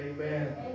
Amen